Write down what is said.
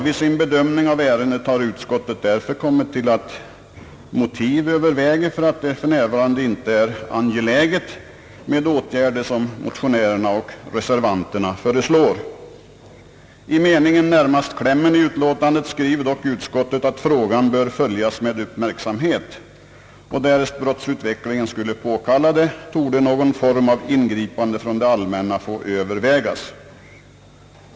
Vid sin bedömning av ärendet har utskottet därför kommit till att motiv överväger för att det för närvarande icke är angeläget med åtgärder som motionärerna och reservanterna föreslår. I meningen närmast klämmen i utlåtandet skriver dock utskottet att frågan bör följas med uppmärksamhet och att därest brottsutvecklingen skulle påkalla det någon form av ingripande från det allmänna torde få övervägas.